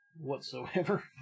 whatsoever